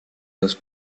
dos